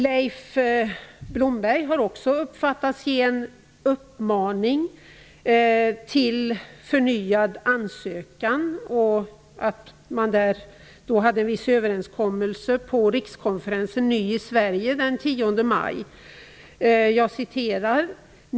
Leif Blomberg har också uppfattats ge en uppmaning till förnyad ansökan, och det gjordes vissa överenskommelser på rikskonferensen Ny i Sverige den 10 maj.